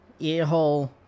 earhole